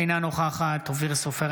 אינה נוכחת אופיר סופר,